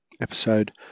episode